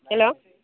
hello